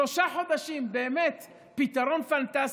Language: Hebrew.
שלושה חודשים, באמת, פתרון פנטסטי.